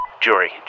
Jury